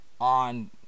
on